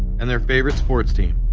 and their favorite sports team,